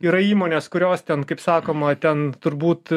yra įmonės kurios ten kaip sakoma ten turbūt